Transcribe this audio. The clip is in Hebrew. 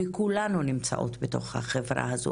וכולנו נמצאים בתוך החברה הזו,